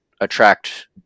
attract